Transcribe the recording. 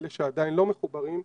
אלה שעדיין לא מחוברים,